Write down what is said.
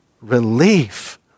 relief